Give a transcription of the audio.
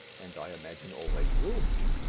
and i imagine, always will mean,